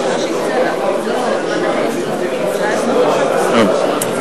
אנחנו ממשיכים בסדר-היום.